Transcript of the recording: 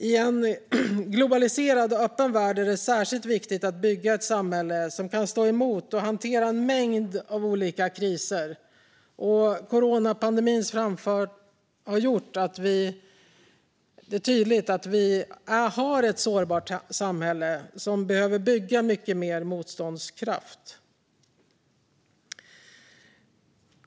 I en globaliserad och öppen värld är det särskilt viktigt att bygga ett samhälle som kan stå emot och hantera en mängd olika kriser. Coronapandemins framfart har gjort det tydligt att vi har ett sårbart samhälle som behöver bygga upp en större motståndskraft.